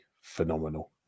phenomenal